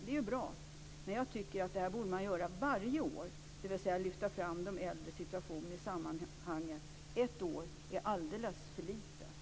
Det är bra. Men de äldres situation i samhället borde lyftas fram varje år. Ett år är alldeles för lite.